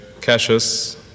Cassius